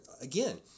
again